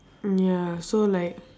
mm ya so like